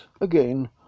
again